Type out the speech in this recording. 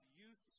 youth